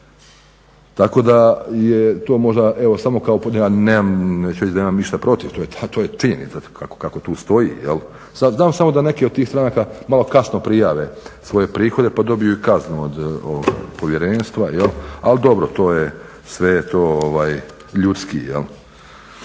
Tako da je to možda, evo samo kao pod jedan, neću reći da imam išta protiv, to je činjenica kako tu stoji. Sad znamo samo da neke od tih stranaka malo kasno prijave svoje prihode pa dobiju i kaznu od Povjerenstva, ali dobro to je, sve je to ljudski.